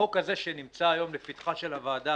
הצעת החוק הזאת שנמצאת היום לפתחה של הוועדה,